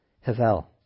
Havel